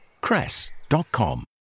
cress.com